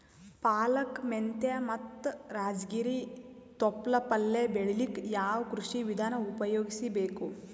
ಪಾಲಕ, ಮೆಂತ್ಯ ಮತ್ತ ರಾಜಗಿರಿ ತೊಪ್ಲ ಪಲ್ಯ ಬೆಳಿಲಿಕ ಯಾವ ಕೃಷಿ ವಿಧಾನ ಉಪಯೋಗಿಸಿ ಬೇಕು?